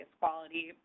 quality